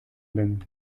benn